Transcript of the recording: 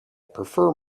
prefer